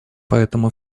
поэтому